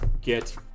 get